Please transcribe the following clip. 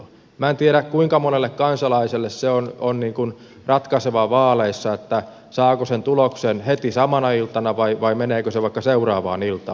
minä en tiedä kuinka monelle kansalaiselle on ratkaisevaa vaaleissa saako sen tuloksen heti samana iltana vai meneekö se vaikka seuraavaan iltaan